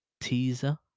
teaser